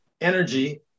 energy